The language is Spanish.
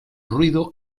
ruido